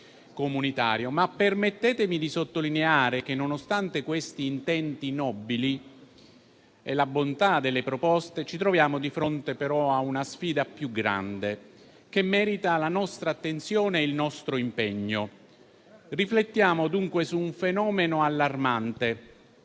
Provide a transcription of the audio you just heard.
comunitario. Permettetemi però di sottolineare che nonostante questi intenti nobili e la bontà delle proposte, ci troviamo di fronte a una sfida più grande che merita la nostra attenzione e il nostro impegno. Riflettiamo dunque su un fenomeno allarmante